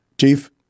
Chief